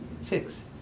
Six